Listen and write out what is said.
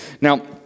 Now